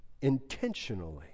intentionally